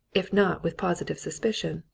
if not with positive suspicion,